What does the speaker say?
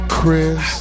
Chris